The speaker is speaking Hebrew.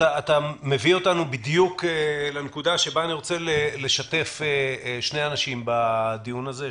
אתה מביא אותנו בדיוק לנקודה שבה אני רוצה לשתף שני אנשים בדיון הזה,